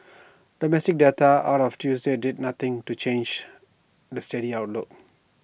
domestic data out of Tuesday did nothing to change the steady outlook